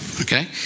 Okay